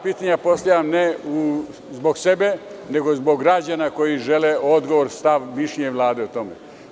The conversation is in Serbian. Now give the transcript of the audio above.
Pitanja ta postavljam ne zbog sebe već zbog građana koji žele odgovor, stav, mišljenje Vlade o tome.